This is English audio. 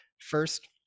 first